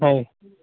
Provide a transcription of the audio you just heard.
नहीं